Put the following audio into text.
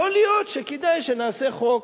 יכול להיות שכדאי שנעשה חוק.